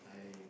I